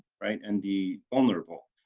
right? and the vulnerable?